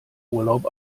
urlaub